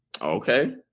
Okay